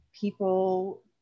people